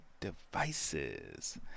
Devices